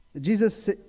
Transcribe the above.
Jesus